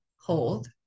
hold